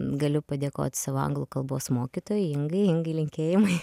galiu padėkot savo anglų kalbos mokytojai ingai ingai linkėjimai